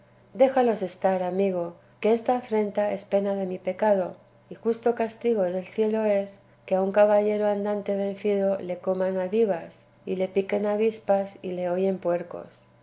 déjalos estar amigo que esta afrenta es pena de mi pecado y justo castigo del cielo es que a un caballero andante vencido le coman adivas y le piquen avispas y le hollen puercos